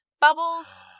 bubbles